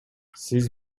сиз